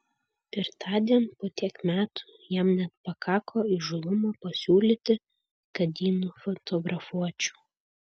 ir tądien po tiek metų jam net pakako įžūlumo pasisiūlyti kad jį nufotografuočiau